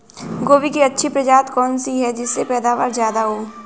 गोभी की अच्छी प्रजाति कौन सी है जिससे पैदावार ज्यादा हो?